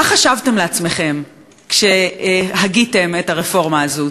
מה חשבתם לעצמכם כשהגיתם את הרפורמה הזאת?